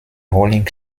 rolling